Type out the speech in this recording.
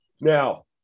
Now